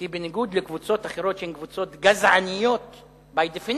כי בניגוד לקבוצות אחרות שהן קבוצות גזעניות by definition,